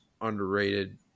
underrated